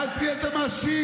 את מי אתה מאשים?